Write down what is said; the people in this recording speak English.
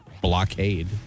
blockade